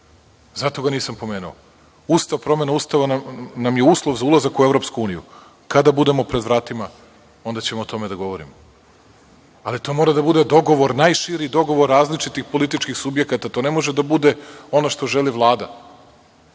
Zato ga nisam pomenuo. Promena Ustava nam je uslov za ulazak u EU. Kada budemo pred vratima, onda ćemo o tome da govorimo, ali to mora da bude najširi dogovor različitih političkih subjekata. To ne može da bude ono što želi Vlada.